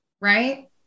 Right